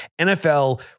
NFL